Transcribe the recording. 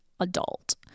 Adult